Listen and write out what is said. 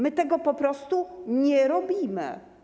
My tego po prostu nie robimy.